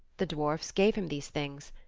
the dwarfs gave him these things,